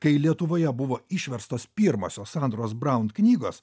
kai lietuvoje buvo išverstos pirmosios sandros brown knygos